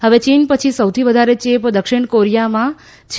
હવે ચીન પછી સૌથી વધારે ચેપ દક્ષિણ કોરીયામાં છે